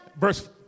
verse